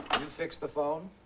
you fixed the phone?